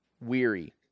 weary